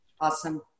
Awesome